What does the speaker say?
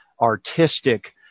artistic